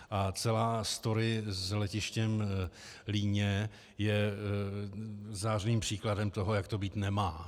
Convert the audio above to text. A celá story s letištěm Líně je zářným příkladem toho, jak to být nemá.